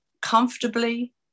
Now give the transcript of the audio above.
comfortably